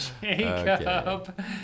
Jacob